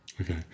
Okay